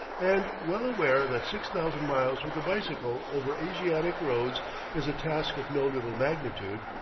and, well aware that six thousand miles with a bicycle over asiatic roads is a task of no little magnitude,